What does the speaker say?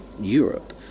Europe